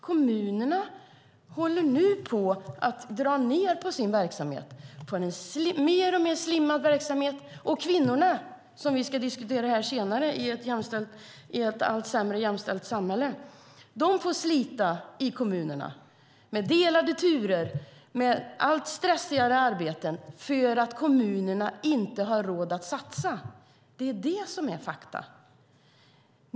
Kommunerna håller nu på att dra ned på sin verksamhet, som blir mer och mer slimmad. Kvinnor ska vi diskutera här senare. I ett allt mindre jämställt samhälle får kvinnor slita i kommunerna, med delade turer och allt stressigare arbeten, för att kommunerna inte har råd att satsa. Det är det som är fakta.